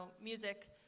music